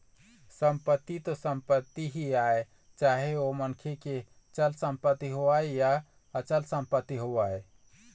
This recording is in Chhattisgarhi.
संपत्ति तो संपत्ति ही आय चाहे ओ मनखे के चल संपत्ति होवय या अचल संपत्ति होवय